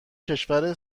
کشور